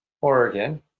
oregon